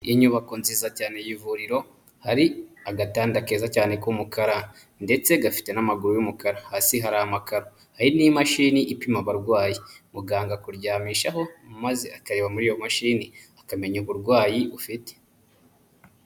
Inyubako nziza y'ivuriro, hari agatanda keza cyana ndetse gafite n'amaguru y'umukara hasi hari amakaro hari n'imashini ipima abarwayi, muganga akuryamishaho maze akareba muri iyo mashini akamenya uburwayi ufite.